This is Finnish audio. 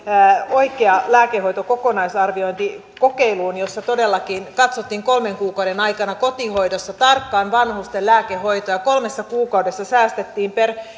oikea lääkehoito kokonaisarvioinnin avulla kokeiluun jossa todellakin katsottiin kolmen kuukauden aikana kotihoidossa tarkkaan vanhusten lääkehoitoa ja kolmessa kuukaudessa säästettiin per